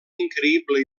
increïble